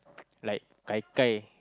like Gai-Gai